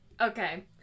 Okay